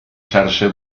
xarxa